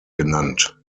genannt